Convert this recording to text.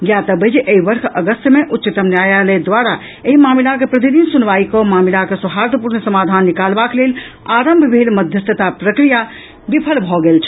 ज्ञातव्य अछि जे एहि वर्ष अगस्त मे उच्चतम न्यायालय द्वारा एहि मामिलाक प्रतिदिन सुनवाई कऽ मामिलाक सौहार्दपूर्ण समाधान निकालबाक लेल आरंभ भेल मध्यस्थता प्रक्रिया विफल भऽ गेल छल